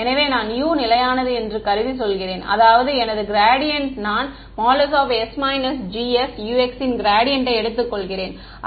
எனவே நான் U நிலையானது என்று கருதி சொல்கிறேன் அதாவது எனது க்ராடியன்ட் நான் ||s GsUx|| ன் க்ராடியன்ட்டை எடுத்துக்கொள்கிறேன்